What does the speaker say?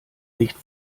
nicht